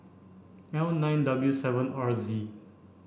L nine W seven R Z